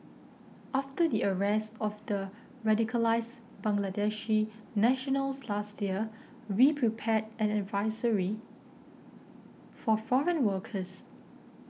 after the arrest of the radicalised Bangladeshi nationals last year we prepared an advisory for foreign workers